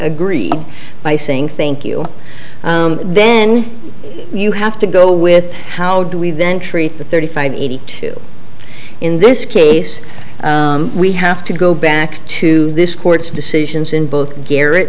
agree by saying thank you then you have to go with how do we venture beat the thirty five eighty two in this case we have to go back to this court's decisions in both garrett